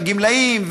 הגמלאים,